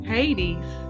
Hades